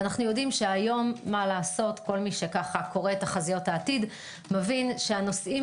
היום כל מי שקורא תחזיות העתיד מבין שהנושאים